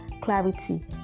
clarity